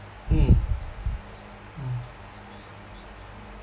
mm mm